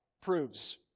proves